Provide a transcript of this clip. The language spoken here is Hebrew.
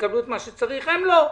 הם לא כך.